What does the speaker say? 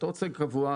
אתה רוצה קבוע?